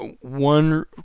One